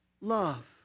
love